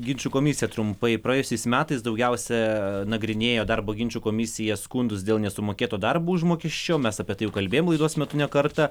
ginčų komisiją trumpai praėjusiais metais daugiausia nagrinėjo darbo ginčų komisija skundus dėl nesumokėto darbo užmokesčio mes apie tai jau kalbėjom laidos metu ne kartą